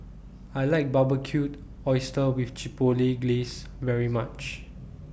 I like Barbecued Oysters with Chipotle Glaze very much